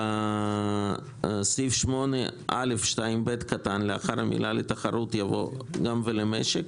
בסעיף 8א2(ב) לאחר המילה לתחרות, יבוא: גם ולמשק.